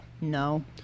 No